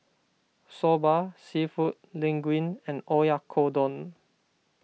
Soba Seafood Linguine and Oyakodon